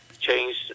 change